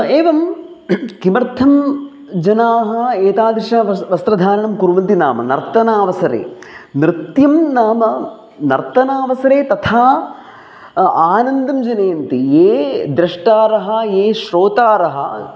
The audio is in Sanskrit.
एवं किमर्थं जनाः एतादृशं वस् वस्त्रधारणं कुर्वन्ति नाम नर्तनावसरे नृत्यं नाम नर्तनावसरे तथा आनन्दं जनयन्ति ये दृष्टारः ये श्रोतारः